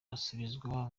basubizwa